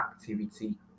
activity